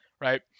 Right